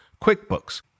QuickBooks